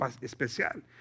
especial